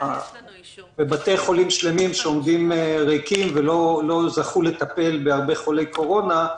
ובתי חולים שלמים שעומדים ריקים ולא זכו לטפל בהרבה חולי קורונה.